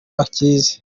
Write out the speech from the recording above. akizi